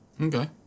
Okay